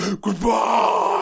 Goodbye